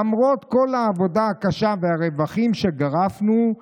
למרות כל העבודה הקשה והרווחים שגרפנו,